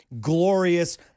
Glorious